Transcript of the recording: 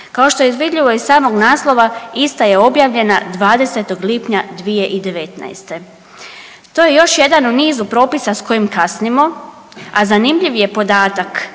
Kao što je i vidljivo iz samog naslova, ista je objavljena 20. lipnja 2019. To je još jedan u nizu propisa s kojim kasnimo, a zanimljiv je podatak